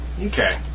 Okay